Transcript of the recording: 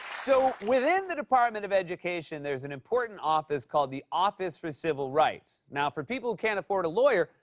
so, within the department of education, there is an important office called the office for civil rights. now, for people who can't afford a lawyer,